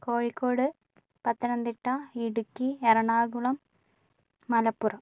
Kozhikode Pathanamthitta Idukki Ernakulam Malappuram